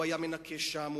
הוא היה מנקה שם,